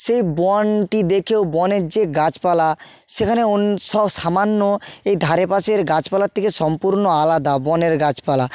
সেই বনটি দেখেও বনের যে গাছপালা সেখান ওন সামান্য এই ধারে পাশের গাছপালার থেকে সম্পূর্ণ আলাদা বনের গাছপালা